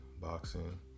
boxing